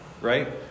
right